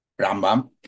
Rambam